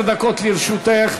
עשר דקות לרשותך,